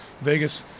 Vegas